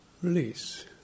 Release